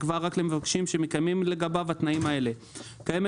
תקבע רק למבקש שמתקיימים לגביו התנאים האלה: קיימת